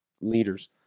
leaders